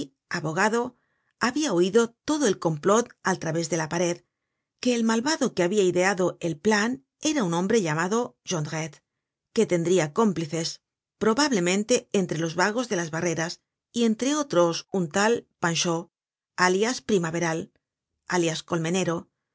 abogado habia oido todo el complot al través de la pared que el malvado que habia ideado el plan era un hombre llamado jondrette que tendría cómplices probablemente entre los vagos de las barreras y entre otros un tal panchaud alias primaveral alias colmenero